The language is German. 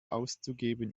auszugeben